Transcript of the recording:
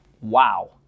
Wow